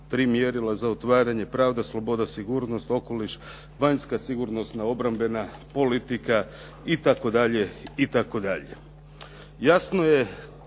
za otvaranje, pravda, sloboda, sigurnost, okoliš, vanjska sigurnosna, obrambena politika i